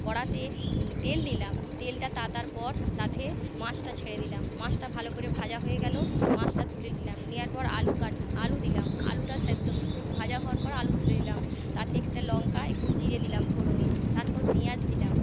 কড়াতে তেল দিলাম তেলটা তাতার পর তাতে মাছটা ছেড়ে দিলাম মাছটা ভালো করে ভাজা হয়ে গেলো মাছটা তুলে নিলাম নেওয়ার পর আলু কাট আলু দিলাম আলুটা সেদ্ধ ভাজা হওয়ার পর আলু তুলে নিলাম তাতে একটা লংকা একটু জিরে দিলাম ফোঁড়নে তারপর পেঁয়াজ দিলাম